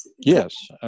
Yes